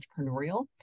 entrepreneurial